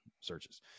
searches